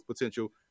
potential